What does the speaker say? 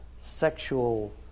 sexual